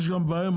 יש גם בעיה עם